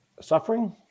Suffering